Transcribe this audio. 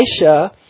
Elisha